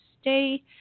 stay